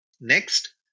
Next